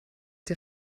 der